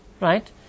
right